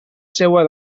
seua